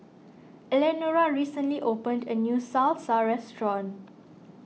Eleanora recently opened a new Salsa restaurant